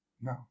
No